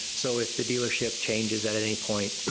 so if the dealership changes at at any point,